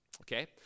Okay